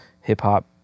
hip-hop